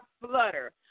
flutter